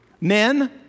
Men